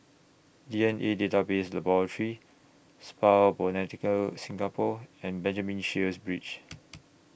D N A Database Laboratory Spa Botanica Singapore and Benjamin Sheares Bridge